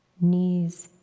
knees,